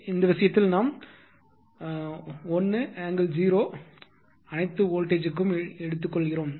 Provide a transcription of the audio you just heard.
எனவே இந்த விஷயத்தில் நாம் 1∠0 அனைத்து வோல்டேஜ் த்திற்கும் எடுக்கிறோம்